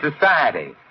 society